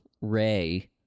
Ray